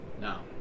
Now